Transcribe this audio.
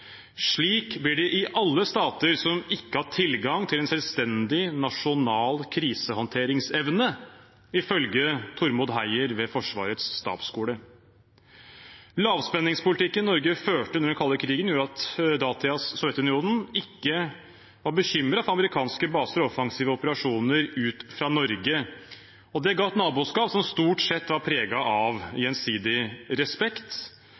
Slik blir det i alle stater som ikke har tilgang til en selvstendig nasjonal krisehåndteringsevne, ifølge Tormod Heier ved Forsvarets stabsskole. Lavspenningspolitikken Norge førte under den kalde krigen, gjorde at datidens Sovjetunionen ikke var bekymret for amerikanske baser og offensive operasjoner ut fra Norge. Det ga et naboskap som stort sett var preget av gjensidig respekt.